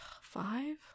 Five